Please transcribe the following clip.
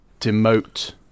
demote